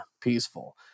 peaceful